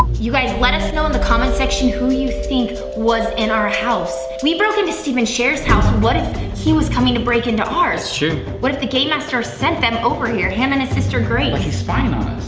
you guys let us know in the comment section who you think was in our house. we broke in stephen sharer's house, what if he was coming to break into ours? it's true. what if the game masters sent them over here, him and his sister grace? like he's spying on us.